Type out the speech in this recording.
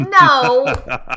No